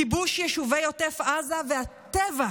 כיבוש יישובי עוטף עזה והטבח,